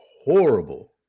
horrible